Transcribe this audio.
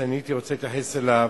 שאני הייתי רוצה להתייחס אליו,